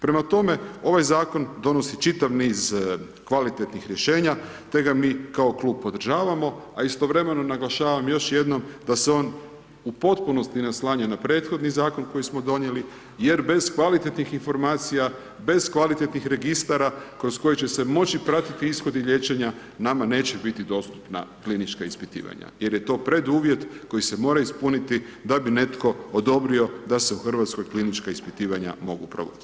Prema tome, ovaj Zakon donosi čitav niz kvalitetnih rješenja, te ga mi kao klub podržavamo, a istovremeno naglašavam još jednom da se on u potpunosti naslanja na prethodni Zakon koji smo donijeli jer bez kvalitetnih informacija, bez kvalitetnih registara kroz koje će se moći pratiti ishodi liječenja, nama neće biti dostupna klinička ispitivanja jer je to preduvjet koji se mora ispuniti da bi netko odobrio da se u RH klinička ispitivanja mogu provoditi.